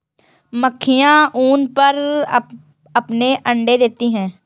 मक्खियाँ ऊन पर अपने अंडे देती हैं